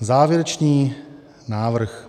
Závěrečný návrh.